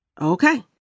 Okay